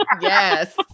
Yes